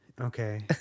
okay